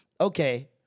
okay